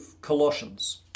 Colossians